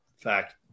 Fact